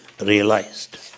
realized